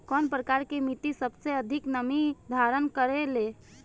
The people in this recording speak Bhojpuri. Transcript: कउन प्रकार के मिट्टी सबसे अधिक नमी धारण करे ले?